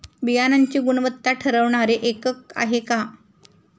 बियाणांची गुणवत्ता ठरवणारे एकक आहे का?